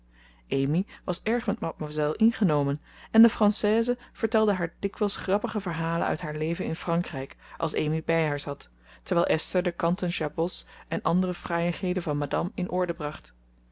amy was erg met mademoiselle ingenomen en de française vertelde haar dikwijls grappige verhalen uit haar leven in frankrijk als amy bij haar zat terwijl esther de kanten jabots en andere fraaiïgheden van madame in orde bracht